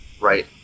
right